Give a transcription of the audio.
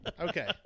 okay